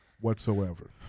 whatsoever